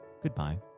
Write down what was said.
goodbye